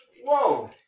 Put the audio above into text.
Whoa